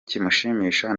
kimushimisha